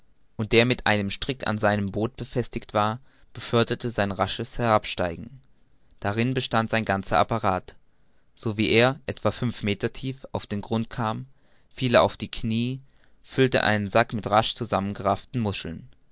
und der mit einem strick an sein boot befestigt war beförderte sein rascheres hinabsteigen darin bestand sein ganzer apparat sowie er etwa fünf meter tief auf den grund kam fiel er auf die kniee und füllte seinen sack mit rasch zusammengerafften muscheln